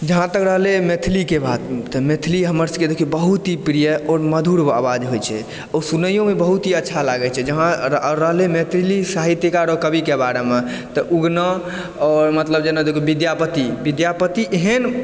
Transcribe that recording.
जहाँ तक रहलै मैथिलीके बात तऽ मैथिली देखिऔ हमर सबके बहुत ही प्रिय और मधुर आवाज होइ छै ओ सुनइयोमे बहुत ही अच्छा लागै छै जे हँ रहलै मैथिली साहित्यकार और कविके बारेमे तऽ उगना आओर जेना देखू विद्यापति विद्यापति एहन